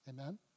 Amen